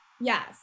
Yes